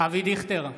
אבי דיכטר,